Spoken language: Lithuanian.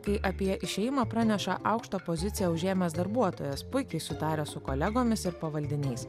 kai apie išėjimą praneša aukštą poziciją užėmęs darbuotojas puikiai sutaręs su kolegomis ir pavaldiniais